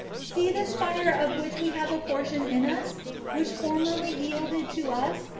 see this fire of which we have a portion in us which formerly yielded to us,